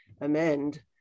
amend